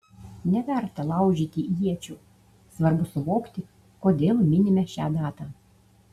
neverta laužyti iečių svarbu suvokti kodėl minime šią datą